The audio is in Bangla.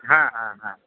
হ্যাঁ হ্যাঁ হ্যাঁ